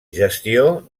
gestió